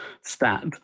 stat